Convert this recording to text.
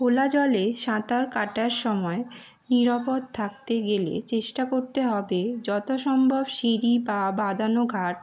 ঘোলা জলে সাঁতার কাটার সময় নিরাপদ থাকতে গেলে চেষ্টা করতে হবে যত সম্ভব সিঁড়ি বা বাঁধানো ঘাট